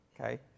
Okay